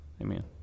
Amen